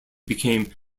became